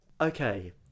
Okay